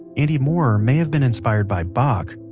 andy moorer may have been inspired by bach,